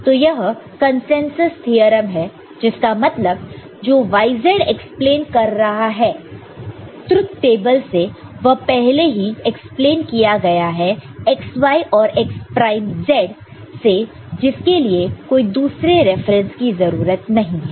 तो यह consensus term है जिसका मतलब जो yz एक्सप्लेन कर रहा है ट्रुथ टेबल में वह पहले ही एक्सप्लेन किया गया है xy और x प्राइम z से जिसके लिए कोई दूसरे रेफरेंस की जरूरत नहीं है